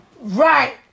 Right